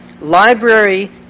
Library